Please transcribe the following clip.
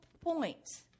points